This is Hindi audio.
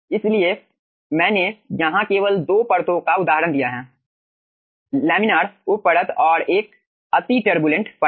इसलिए मैंने यहां केवल 2 परतों का उदाहरण दिया है लैमिनार उप परत और एक अति टरबुलेंट परत